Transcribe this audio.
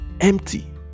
empty